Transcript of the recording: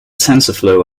tensorflow